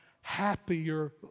happier